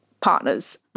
partners